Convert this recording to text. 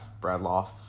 Bradloff